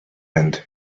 end